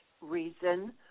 reason